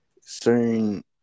certain